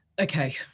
okay